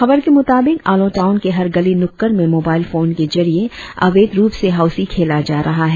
खबर के मुताबिक आलो टाऊन के हर गली नुक्कर में मोबाइल फोन के जरिए अवैध रुप से हाऊसी खेला जा रहा है